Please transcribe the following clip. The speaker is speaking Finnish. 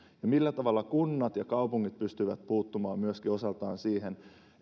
millä tavalla kunnat ja kaupungit pystyvät puuttumaan myöskin osaltaan siihen